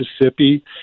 Mississippi